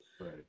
right